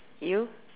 you